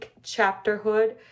chapterhood